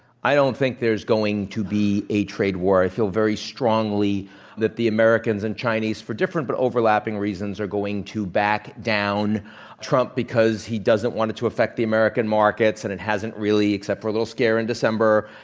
i don't think there's going to be a trade war. i feel very strongly that the americans and chinese, for different but overlapping reasons, are going to back down trump because he doesn't want it to affect the american markets, and it hasn't really except for a little scare in december,